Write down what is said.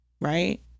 Right